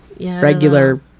regular